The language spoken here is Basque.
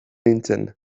nintzen